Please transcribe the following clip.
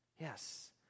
Yes